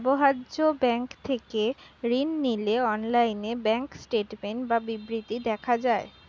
ব্যবহার্য ব্যাঙ্ক থেকে ঋণ নিলে অনলাইনে ব্যাঙ্ক স্টেটমেন্ট বা বিবৃতি দেখা যায়